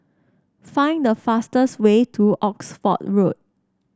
find the fastest way to Oxford Road